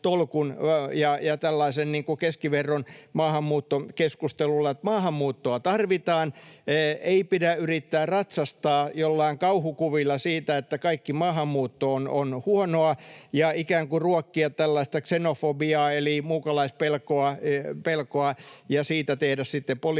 ja tällaisella keskivertomaahanmuuttokeskustelulla. Maahanmuuttoa tarvitaan. Ei pidä yrittää ratsastaa jollain kauhukuvilla siitä, että kaikki maahanmuutto on huonoa, ja ikään kuin ruokkia tällaista ksenofobiaa eli muukalaispelkoa ja siitä tehdä sitten politiikkaa.